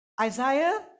Isaiah